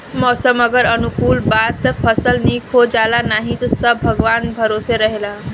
मौसम अगर अनुकूल बा त फसल निक हो जाला नाही त सब भगवान भरोसे रहेला